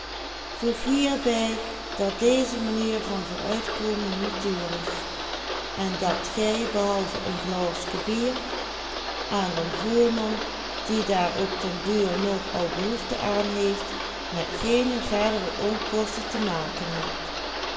behalve een glaoske bier aan den voerman die daar op den duur nog al behoefte aan heeft met geene verdere onkosten te maken